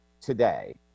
today